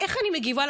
יש לך עוד דקה.